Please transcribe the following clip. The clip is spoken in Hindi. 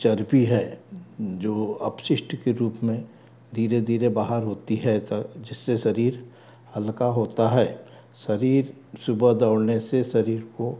चर्बी है जो अपशिष्ट के रूप में धीरे धीरे बाहर होती है जिससे शरीर हल्का होता है शरीर सुबह दौड़ने से शरीर को